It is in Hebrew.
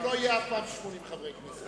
לא יהיה אף פעם 80 חברי כנסת.